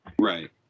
right